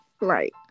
right